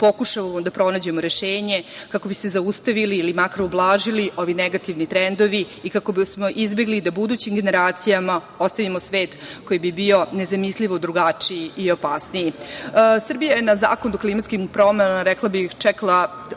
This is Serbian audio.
pokušamo da pronađemo rešenje kako bi se zaustavili ili makar ublažili ovi negativni trendovi i kako bi smo izbegli da budućim generacijama ostavimo svet koji bi bio nezamislivo drugačiji i opasniji. Srbija je na Zakon o klimatskim promenama, rekla bih, čekala